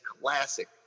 classic